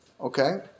Okay